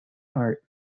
art